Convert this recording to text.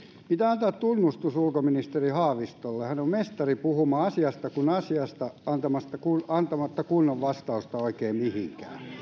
pitää antaa tunnustus ulkoministeri haavistolle hän on mestari puhumaan asiasta kuin asiasta antamatta kunnon vastausta oikein mihinkään